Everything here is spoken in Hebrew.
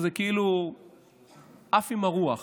והוא כאילו עף עם הרוח,